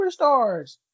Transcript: superstars